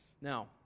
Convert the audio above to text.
Now